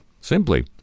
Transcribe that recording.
Simply